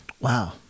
Wow